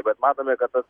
bet matome kad tas